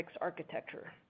architecture